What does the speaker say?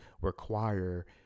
require